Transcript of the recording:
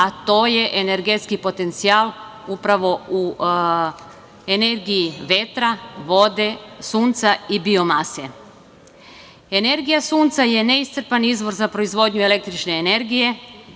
a to je energetski potencijal upravo u energiji vetra, vode, sunca i biomase. Energija sunca je neiscrpan izvor za proizvodnju električne energije